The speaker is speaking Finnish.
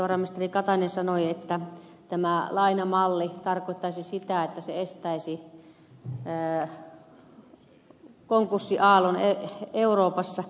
valtiovarainministeri katainen sanoi että tämä lainamalli tarkoittaisi sitä että se estäisi konkurssiaallon euroopassa